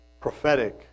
prophetic